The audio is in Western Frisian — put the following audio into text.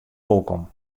wolkom